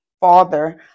father